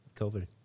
covid